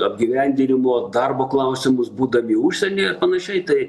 apgyvendinimo darbo klausimus būdami užsienyje ar panašiai tai